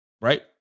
right